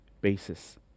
basis